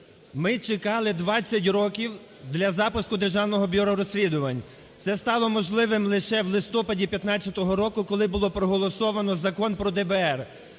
Ми чекали 20 років для запуску Державного бюро розслідувань, це стало можливим лише в листопаді 2015 року, коли будо проголосовано Закон про ДБР,